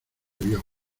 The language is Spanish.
vio